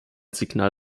signal